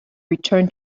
return